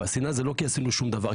והשנאה זה לא כי עשינו שום דבר,